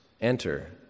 Enter